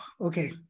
Okay